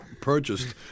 purchased